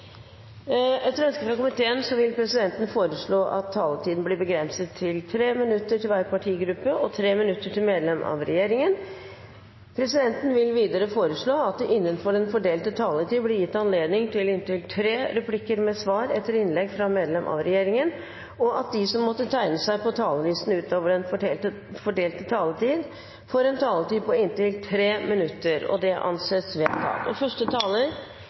Etter ønske fra kommunal- og forvaltningskomiteen vil presidenten foreslå at taletiden blir begrenset til 3 minutter til hver partigruppe og 3 minutter til medlemmer av regjeringen. Presidenten vil videre foreslå at det – innenfor den fordelte taletid – blir gitt anledning til replikkordskifte på inntil tre replikker med svar etter innlegg fra medlemmer av regjeringen, og at de som måtte tegne seg på talerlisten utover den fordelte taletid, får en taletid på inntil 3 minutter. – Det anses vedtatt. Jeg vil takke forslagsstillerne for et viktig og